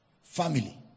Family